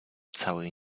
całej